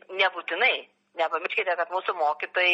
nebūtinai nepamirškite kad mūsų mokytojai